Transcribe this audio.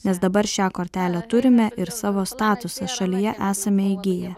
nes dabar šią kortelę turime ir savo statusą šalyje esame įgiję